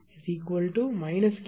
Pd1STp